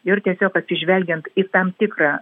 ir tiesiog atsižvelgiant į tam tikrą